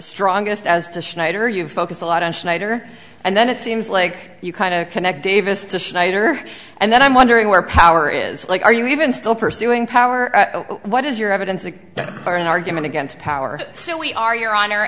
strongest as to schneider you focus a lot on snyder and then it seems like you kind of connect davis to snyder and then i'm wondering where power is like are you even still pursuing power what is your evidence of an argument against power so we are your honor